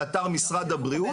באתר משרד הבריאות,